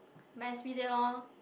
mass media lor